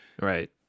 right